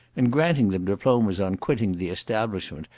and granting them diplomas on quitting the establishment,